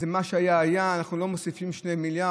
זה מה שהיה, אנחנו לא מוסיפים 2 מיליארד.